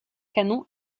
canon